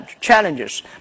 challenges